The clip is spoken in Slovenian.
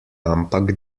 ampak